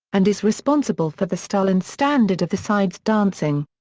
and is responsible for the style and standard of the side's dancing.